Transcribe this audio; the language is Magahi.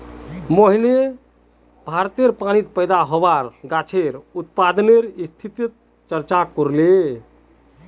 मोहनीश भारतेर पानीत पैदा होबार गाछेर उत्पादनेर स्थितिर चर्चा करले